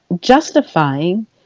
justifying